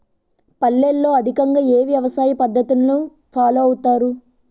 పల్లెల్లో అధికంగా ఏ వ్యవసాయ పద్ధతులను ఫాలో అవతారు?